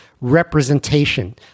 representation